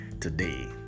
today